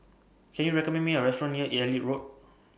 Can YOU recommend Me A Restaurant near Elliot Road